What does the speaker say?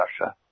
Russia